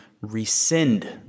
rescind